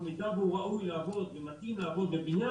במידה והוא ראוי לעבוד והוא מתאים לעבוד בבניין,